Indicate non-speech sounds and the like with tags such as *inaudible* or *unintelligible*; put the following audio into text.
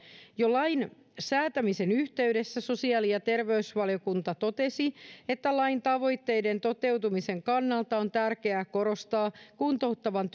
jo lain säätämisen yhteydessä sosiaali ja terveysvaliokunta totesi että lain tavoitteiden toteutumisen kannalta on tärkeää korostaa kuntouttavan *unintelligible*